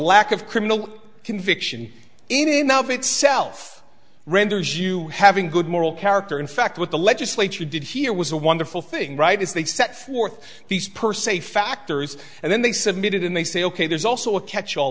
lack of criminal conviction in that of itself renders as you having good moral character in fact what the legislature did here was a wonderful thing right is they set forth these per se factors and then they submitted and they say ok there's also a catch all